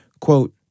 Quote